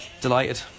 Delighted